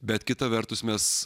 bet kita vertus mes